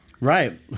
right